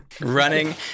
running